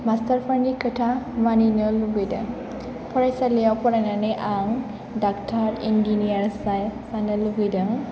मास्टारफोरनि खोथा मानिनो लुबैदों फरायसालियाव फरायनानै आं डक्टार इन्जिनियार जानो लुबैदों